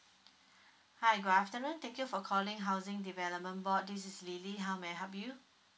hi good afternoon thank you for calling housing development board this is lily how may I help you